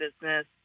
business